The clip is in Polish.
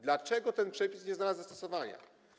Dlaczego ten przepis nie znalazł zastosowania?